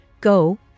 Go